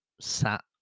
sat